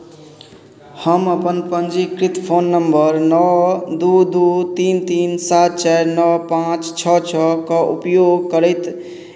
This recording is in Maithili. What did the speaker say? हम अपन पञ्जीकृत फोन नम्बर नओ दुइ दुइ तीन तीन सात चारि नओ पाँच छओ छओके उपयोग करैत